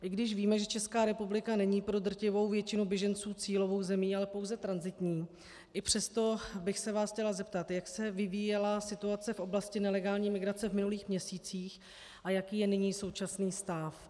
I když víme, že Česká republika není pro drtivou většinu běženců cílovou zemí, ale pouze tranzitní, i přesto bych se vás chtěla zeptat, jak se vyvíjela situace v oblasti nelegální migrace v minulých měsících a jaký je nyní současný stav.